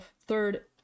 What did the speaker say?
third